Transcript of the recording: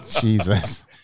Jesus